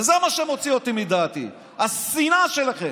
וזה מה שמוציא אותי מדעתי, השנאה שלכם.